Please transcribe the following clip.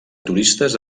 turistes